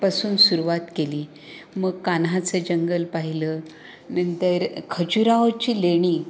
पासून सुरुवात केली मग कान्हाचं जंगल पाहिलं नंतर खजुराहोची लेणी